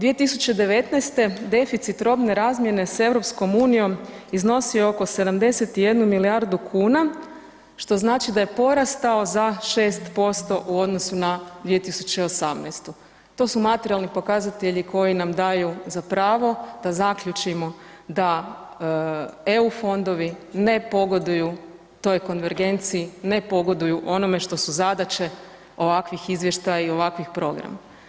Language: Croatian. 2019. deficit robne razmjene s EU iznosio je oko 71 milijardu kuna, što znači da je porastao za 6% u odnosu na 2018., to su materijalni pokazatelji koji nam daju za pravo da zaključimo da EU fondovi ne pogoduju toj konvergenciji, ne pogoduju onome što su zadaće ovakvih izvještaja i ovakvih programa.